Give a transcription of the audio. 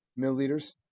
milliliters